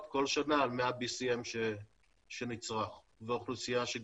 כל שנה על 100 BCM שנצרך והאוכלוסייה שגדלה.